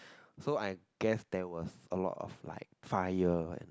so I guess there was a lot of like fire and